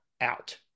out